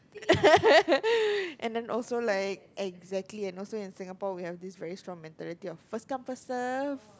and then also like exactly and also in Singapore we have this very strong mentality of first come first serve